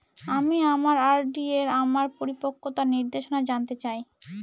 আমি আমার আর.ডি এর আমার পরিপক্কতার নির্দেশনা জানতে চাই